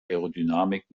aerodynamik